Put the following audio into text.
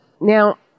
now